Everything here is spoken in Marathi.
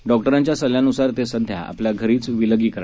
डाँक्टरांच्या सल्ल्यानुसार ते सध्या आपल्या घरीच विलगीकरणात आहेत